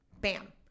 Bam